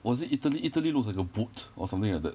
was it italy italy looks like a boat or something like that